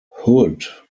hood